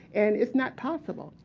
and it's not possible.